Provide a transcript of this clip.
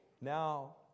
Now